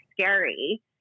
scary